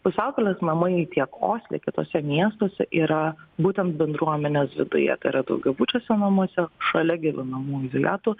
pusiaukelės namai tiek osle kituose miestuose yra būtent bendruomenės viduje tai yra daugiabučiuose namuose šalia gyvenamųjų vietų